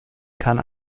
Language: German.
kann